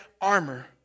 armor